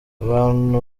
abantu